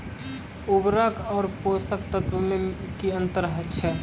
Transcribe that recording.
उर्वरक आर पोसक तत्व मे की अन्तर छै?